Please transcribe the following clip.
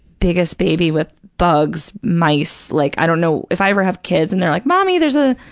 biggest baby with bugs, mice. like i don't know, if i ever have kids and they're like, mommy, there's a